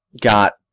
got